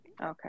Okay